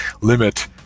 limit